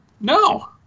no